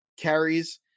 carries